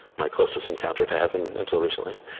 my closest encounter to heaven until recently